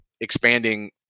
expanding